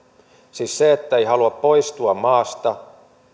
siis se ettei halua poistua maasta